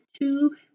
two